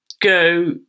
go